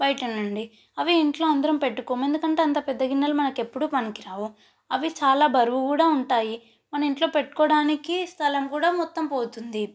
బయట నుండి అవి ఇంట్లో అందరం పెట్టుకోము ఎందుకంటే అంత పెద్ద గిన్నెలు మనకు ఎప్పుడు పనికిరావు అవి చాలా బరువు కూడా ఉంటాయి మన ఇంట్లో పెట్టుకోవడానికి స్థలం కూడా మొత్తం పోతుంది